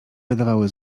wydawały